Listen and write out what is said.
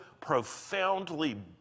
profoundly